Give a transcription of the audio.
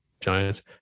Giants